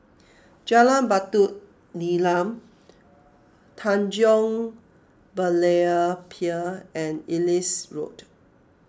Jalan Batu Nilam Tanjong Berlayer Pier and Ellis Road